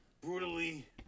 Brutally